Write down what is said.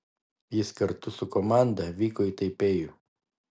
jis kartu su komanda vyko į taipėjų